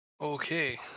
Okay